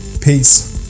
Peace